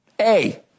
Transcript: A-